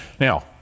Now